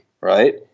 right